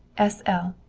s l.